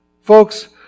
Folks